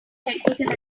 technical